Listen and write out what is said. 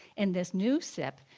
in this new sip,